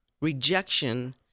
rejection